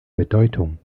bedeutung